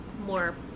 more